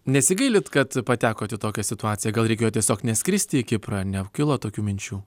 nesigailit kad patekot į tokią situaciją gal reikėjo tiesiog neskristi į kiprą nekilo tokių minčių